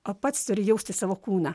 o pats turi jausti savo kūną